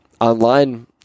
online